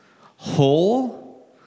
whole